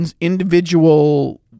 individual